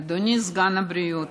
אדוני סגן שר הבריאות,